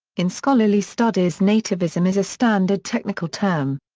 in scholarly studies nativism is a standard technical term.